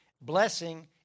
blessing